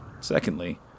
Secondly